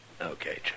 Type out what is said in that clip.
Okay